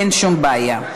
אין בעיה.